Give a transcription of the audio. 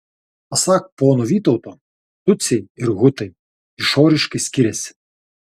pasak pono vytauto tutsiai ir hutai išoriškai skiriasi